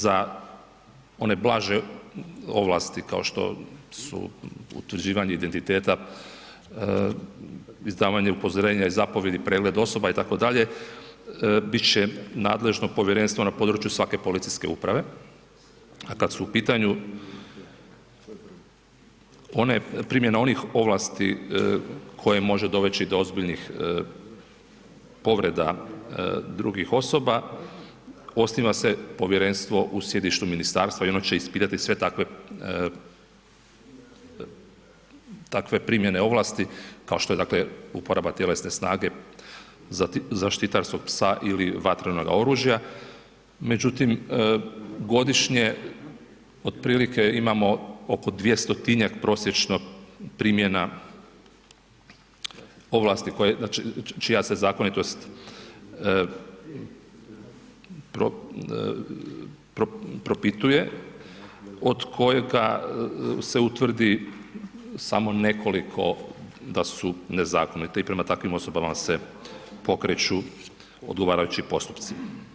Za one blaže ovlasti kao što su utvrđivanje identiteta, izdavanje upozorenja i zapovijedi, pregled osoba itd., bit će nadležno povjerenstvo na području svake policijske uprave, a kad su u pitanju primjene onih ovlasti koje može dovesti do ozbiljnih povreda drugih osoba osniva se povjerenstvo u sjedištu ministarstva i ono će ispitati sve takve primjene ovlasti kao što je dakle uporaba tjelesne snage, zatim zaštitarskog psa ili vatrenoga oružja, međutim godišnje otprilike imamo oko 200-tinjak prosječno primjena ovlasti koje, čija se zakonitost propituje, od kojega se utvrdi samo nekoliko da su nezakonite i prema takvim osobama se pokreću odgovarajući postupci.